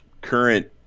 current